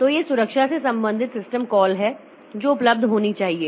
तो ये सुरक्षा से संबंधित सिस्टम कॉल हैं जो उपलब्ध होनी चाहिए